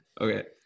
Okay